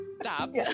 stop